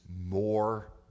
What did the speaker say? more